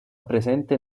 presente